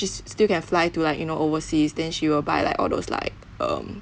so she still can fly to like you know overseas then she will buy like all those like um